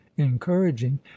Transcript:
encouraging